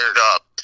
up